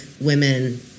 women